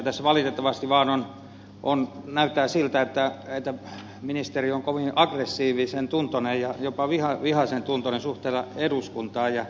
tässä valitettavasti vaan näyttää siltä että ministeri on kovin aggressiivisen tuntuinen ja jopa vihaisen tuntuinen suhteessa eduskuntaan